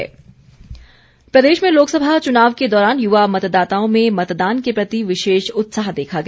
युवा वोटर प्रदेश में लोकसभा चुनाव के दौरान युवा मतदाताओं में मतदान के प्रति विशेष उत्साह देखा गया